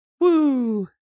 Woo